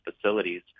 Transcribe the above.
facilities